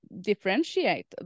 differentiate